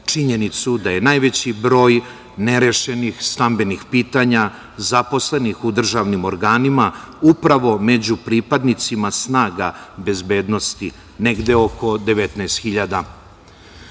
činjenicu da je najveći broj nerešenih stambenih pitanja zaposlenih u državnim organima upravo među pripadnicima snaga bezbednosti negde oko